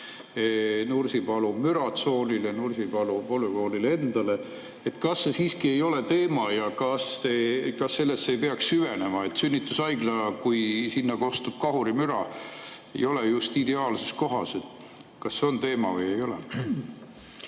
Nursipalu müratsoonile, Nursipalu polügoonile endale. Kas see siiski ei ole teema ja kas sellesse ei peaks süvenema, et sünnitushaigla, kui sinna kostab kahurimüra, ei ole just ideaalses kohas? Kas see on teema või ei ole?